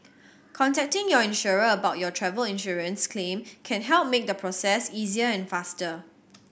contacting your insurer about your travel insurance claim can help make the process easier and faster